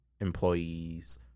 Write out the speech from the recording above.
employees